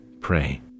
pray